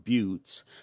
buttes